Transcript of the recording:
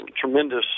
tremendous